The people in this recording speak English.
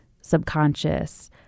subconscious